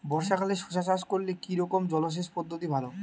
বর্ষাকালে শশা চাষ করলে কি রকম জলসেচ পদ্ধতি ভালো?